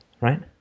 right